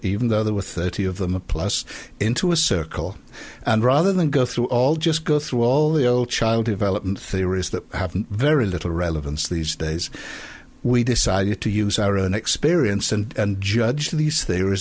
even though there were thirty of them a plus into a circle and rather than go through all just go through all the old child development theories that have a very little relevance these days we decided to use our own experience and judge these the